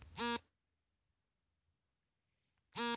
ಟಾಟಾ ಕಬ್ಬಿಣದ ಕಾರ್ಖನೆಯು ವಾರ್ಷಿಕವಾಗಿ ಒಳ್ಳೆಯ ಲಾಭಗಳಿಸ್ತಿದೆ